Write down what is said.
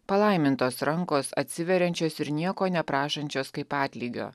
palaimintos rankos atsiveriančios ir nieko neprašančios kaip atlygio